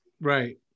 Right